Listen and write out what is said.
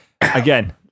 Again